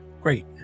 Great